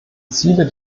ziele